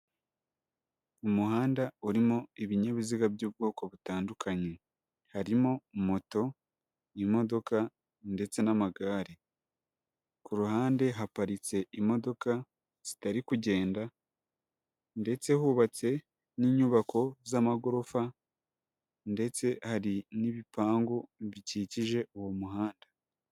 Umuhanda urimo ibinyabiziga by'ubwoko butandukanye, harimo moto, imodoka ndetse n'amagare, ku ruhande haparitse imodoka zitari kugenda ndetse hubatse n'inyubako z'amagorofa ndetse hari n'ibipangu bikikije uwo muhanda.